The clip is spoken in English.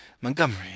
Montgomery